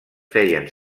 feien